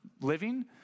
living